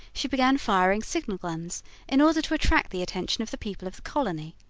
she began firing signal guns in order to attract the attention of the people of the colony.